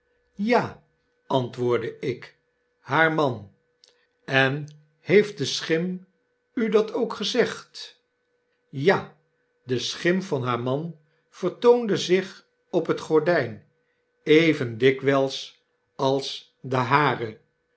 ja antwoordde ik b haar man en heeft de schim u dat ook gezegd ja de schim van haar man vertoonde zich op de gordyn even dikwyls als de hare